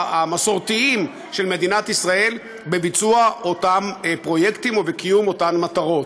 המסורתיים של מדינת ישראל בביצוע אותם פרויקטים ובקיום אותן מטרות.